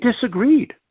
disagreed